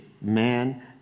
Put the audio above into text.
man